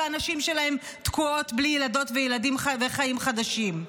והנשים שלהם תקועות בלי ילדות וילדים וחיים חדשים.